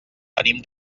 venim